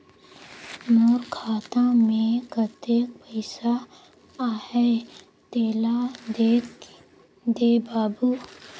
मोर खाता मे कतेक पइसा आहाय तेला देख दे बाबु?